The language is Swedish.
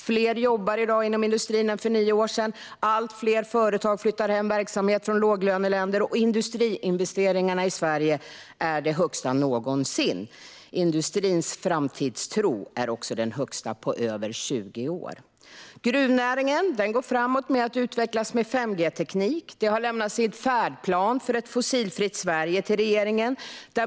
Fler jobbar i dag inom industrin än för nio år sedan, allt fler företag flyttar hem verksamhet från låglöneländer och industriinvesteringarna i Sverige är de högsta någonsin. Industrins framtidstro är också den största på över 20 år. Gruvnäringen går framåt med att utveckla 5G-teknik och har lämnat sin färdplan för ett fossilfritt Sverige till regeringen.